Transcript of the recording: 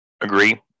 Agree